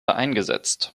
eingesetzt